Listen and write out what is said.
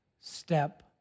step